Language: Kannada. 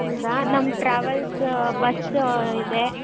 ಹೌದಾ ನಮ್ಮ ಟ್ರಾವೆಲ್ಸ್ ಬಸ್ಸು ಇದೆ